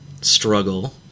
struggle